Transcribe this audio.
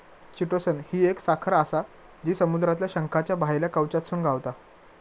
chitosan ही एक साखर आसा जी समुद्रातल्या शंखाच्या भायल्या कवचातसून गावता